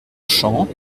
champ